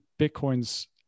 Bitcoin's